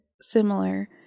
similar